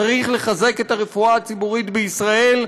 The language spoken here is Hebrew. צריך לחזק את הרפואה הציבורית בישראל,